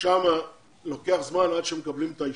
ששם לוקח זמן עד שמקבלים את האישור.